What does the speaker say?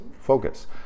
focus